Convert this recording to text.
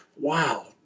wow